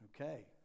okay